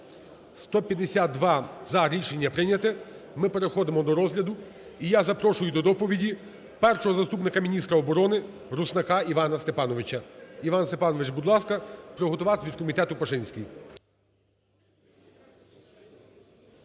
За-152 Рішення прийнято. Ми переходимо до розгляду. І я запрошую до доповіді першого заступника міністра оборони Руснака Івана Степановича. Іван Степанович, будь ласка. Приготуватись від комітету – Пашинський.